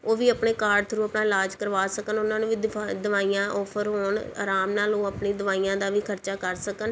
ਉਹ ਵੀ ਆਪਣੇ ਕਾਰਡ ਥਰੂ ਆਪਣਾ ਇਲਾਜ ਕਰਵਾ ਸਕਣ ਉਨ੍ਹਾਂ ਨੂੰ ਵੀ ਦਿਫਾ ਦਵਾਈਆਂ ਔਫਰ ਹੋਣ ਅਰਾਮ ਨਾਲ ਉਹ ਆਪਣੀ ਦਵਾਈਆਂ ਦਾ ਵੀ ਖਰਚਾ ਕਰ ਸਕਣ